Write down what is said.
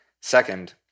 Second